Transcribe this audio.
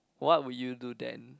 what would you do then